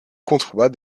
contrebas